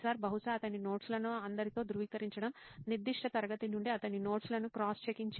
బహుశా అతని నోట్స్ లను అందరితో ధృవీకరించడం నిర్దిష్ట తరగతి నుండి అతని నోట్స్ లను క్రాస్ చెకింగ్ చేయటం